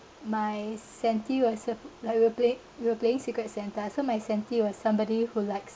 my santi was so~ like we're play~ we were playing secret santa so my santi was somebody who likes